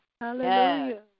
Hallelujah